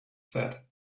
said